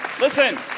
listen